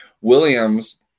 Williams